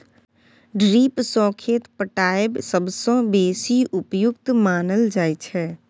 drip सँ खेत पटाएब सबसँ बेसी उपयुक्त मानल जाइ छै